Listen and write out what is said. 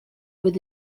with